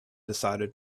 decided